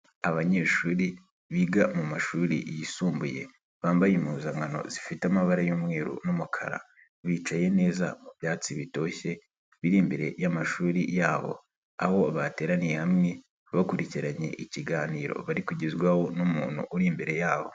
Abanyeshuri biga mu mashuri yisumbuye, bambaye impuzankano zifite amabara y'umweru n'umukara, bicaye neza mu byatsi bitoshye biri imbere y'amashuri yabo. Aho bateraniye hamwe bakurikiranye ikiganiro bari kugezwaho n'umuntu uri imbere yabo.